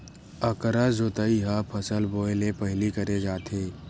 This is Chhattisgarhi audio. अकरस जोतई ह फसल बोए ले पहिली करे जाथे